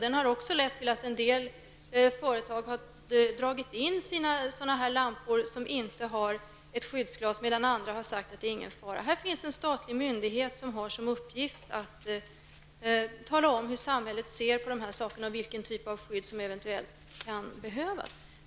Den har också lett till att en del företag har dragit in sina halogenlampor som inte har ett skyddsglas, medan andra har sagt att det inte är någon fara. Det finns en statlig myndighet som har till uppgift att tala om hur samhället ser på de här sakerna och vilka typer av skydd som eventuellt kan behövas.